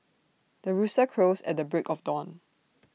the rooster crows at the break of dawn